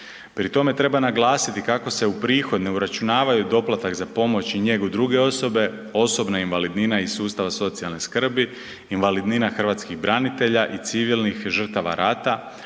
Pri tome treba naglasiti kako se u prihod ne uračunavaju doplatak za pomoć i njegu druge osobe, osobna invalidnina iz sustava socijalne skrbi, invalidnina hrvatskih branitelja i civilnih žrtava rata,